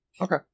Okay